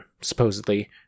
supposedly